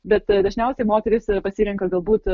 bet dažniausiai moterys pasirenka galbūt